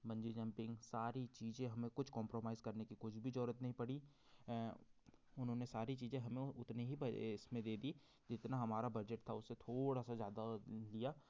bungee jumpings सारी चीज़ें हमें कुछ कोम्प्रोमाइज़ करने की कुछ भी ज़रूरत नहीं पड़ी उन्होंने सारी चीजज़ें हमें उतनी ही पह इस में दे दी जितना हमारा बजट था उससे थोड़ा सा ज़्यादा दिया